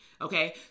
okay